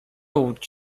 łudź